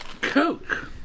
Coke